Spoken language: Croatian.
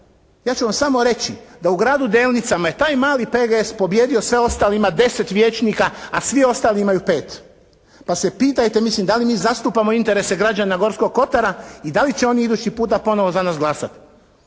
Ja ću vam samo reći da u gradu Delnicama je taj mali PGS pobijedio sve ostalima 10 vijećnika, a svi ostali imaju 5. Pa se pitajte mislim da li mi zastupamo interese građana Gorskog Kotara i da li će oni idući puta ponovo za nas glasati.